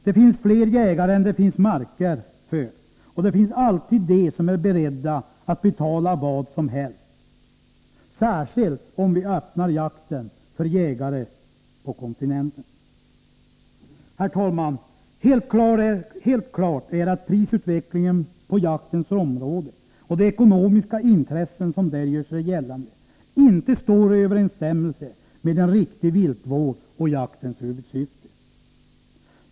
Det finns fler jägare än det finns marker för och det finns alltid de som är beredda att betala vad som helst — särskilt om vi öppnar jakten för jägare på kontinenten.” Herr talman! Helt klart är att prisutvecklingen på jaktens område och de ekonomiska intressen som där gör sig gällande inte står i överensstämmelse med en riktig viltvård och jaktens huvudsyfte.